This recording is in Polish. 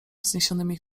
wzniesionymi